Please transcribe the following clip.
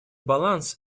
баланс